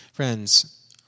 Friends